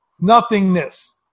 nothingness